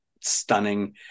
stunning